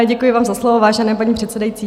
Děkuji vám za slovo, vážená paní předsedající.